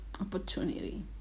opportunity